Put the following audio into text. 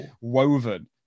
Woven